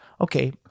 okay